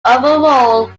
overall